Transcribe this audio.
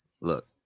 Look